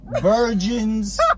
Virgins